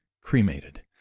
cremated